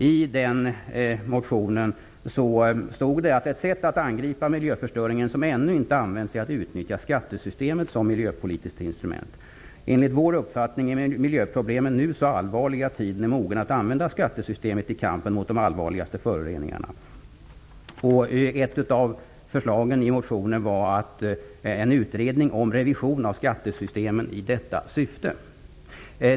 I den motionen stod att ett sätt att angripa miljöförstöringen som ännu inte använts är att utnyttja skattesystemet som miljöpolitiskt instrument. Vidare stod där: ''Enligt vår uppfattning är miljöproblemen nu så allvarliga att tiden är mogen att använda skattesystemet i kampen mot de allvarligaste föroreningarna''. Ett av förslagen i motionen var att en utredning skulle tillsättas om revision av skattesystemet i detta syfte.